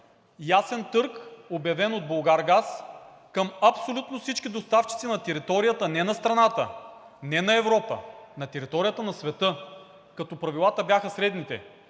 Ясен търг, обявен от „Булгаргаз“ към абсолютно всички доставчици на територията не на страната, не на Европа, на територията на света. Като правилата бяха следните: